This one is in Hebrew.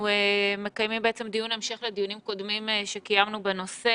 אנחנו מקיימים דיון המשך לדיונים קודמים שקיימנו בנושא.